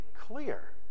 clear